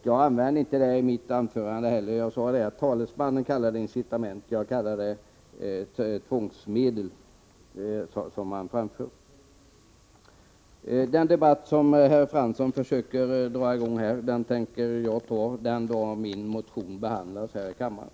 Jag använde inte det ordet i mitt anförande, utan jag sade att talesmannen kallar det incitament och jag kallar det tvångsmedel. Den debatt som herr Fransson försöker dra i gång tänker jag ta upp den dag min motion behandlas här i kammaren.